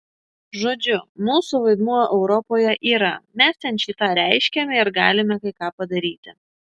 žodžiu mūsų vaidmuo europoje yra mes ten šį tą reiškiame ir galime kai ką padaryti